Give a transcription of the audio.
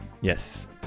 Yes